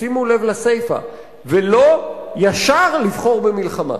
ושימו לב לסיפא, "ולא ישר לבחור במלחמה".